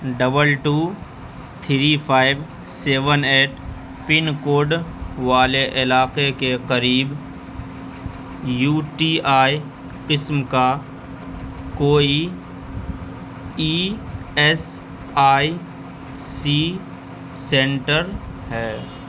double two three five seven eight pin code والے علاقے کے قریب یو ٹی آئی قسم کا کوئی E S I C centre ہے